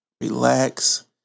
relax